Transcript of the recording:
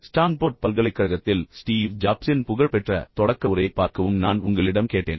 Stanford பல்கலைக்கழகத்தில் Steve ஜாப்ஸின் புகழ்பெற்ற தொடக்க உரையைப் பார்க்கவும் நான் உங்களிடம் கேட்டேன்